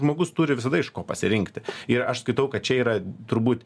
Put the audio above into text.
žmogus turi visada iš ko pasirinkti ir aš skaitau kad čia yra turbūt